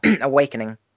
awakening